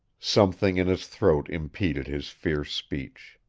something in his throat impeded his fierce speech.